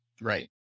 Right